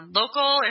local